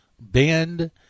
bend